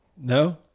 No